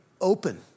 open